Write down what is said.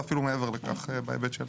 ואפילו מעבר לכך בהיבט שלנו.